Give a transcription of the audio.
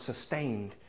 sustained